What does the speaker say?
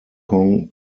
kong